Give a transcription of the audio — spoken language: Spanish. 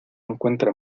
encuentra